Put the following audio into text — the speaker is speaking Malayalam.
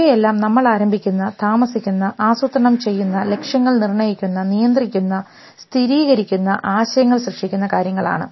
ഇവയെല്ലാം നമ്മൾ ആരംഭിക്കുന്ന താമസിക്കുന്ന ആസൂത്രണം ചെയ്യുന്ന ലക്ഷ്യങ്ങൾ നിർണ്ണയിക്കുന്ന നിയന്ത്രിക്കുന്ന സ്ഥിരീകരിക്കുന്ന ആശയങ്ങൾ സൃഷ്ടിക്കുന്ന കാര്യങ്ങളാണ്